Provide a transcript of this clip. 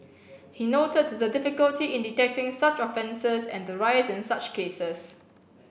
he noted the difficulty in detecting such offences and the rise in such cases